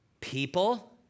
people